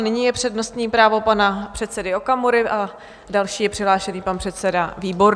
Nyní je přednostní právo pana předsedy Okamury a další je přihlášen pan předseda Výborný.